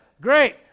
Great